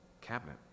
cabinet